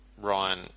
Ryan